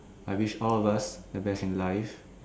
I wish all of us a best life